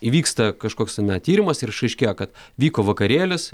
įvyksta kažkoks na tyrimas ir išaiškėja kad vyko vakarėlis